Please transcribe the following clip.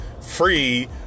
free